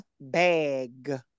bag